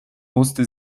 musste